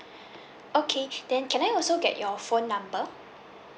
okay then can I also get your phone number